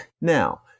Now